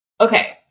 Okay